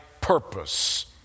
purpose